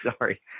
sorry